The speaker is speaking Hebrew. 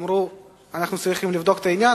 ואמרו: אנחנו צריכים לבדוק את העניין.